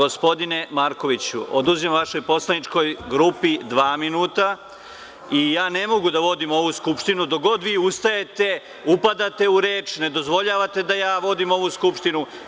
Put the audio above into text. Gospodine Markoviću, oduzimam vašoj poslaničkoj grupi dva minuta i ne mogu da vodim ovu Skupštinu dok god vi ustajete, upadate u reč, ne dozvoljavate da ja vodim ovu Skupštinu.